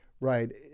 right